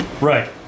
Right